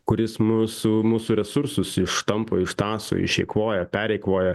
kuris mūsų mūsų resursus ištampo ištąso išeikvoja pereikvoja